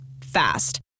Fast